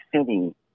City